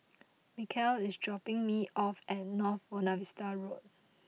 Micah is dropping me off at North Buona Vista Road